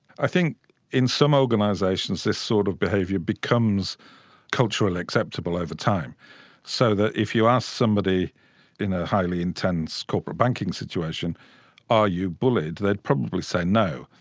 i think in some organisations this sort of behaviour becomes culturally acceptable over time so that if you ask somebody in a highly intense corporate banking situation are you bullied, they'd probably say no.